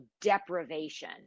deprivation